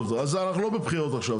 טוב, אז אנחנו לא בבחירות עכשיו.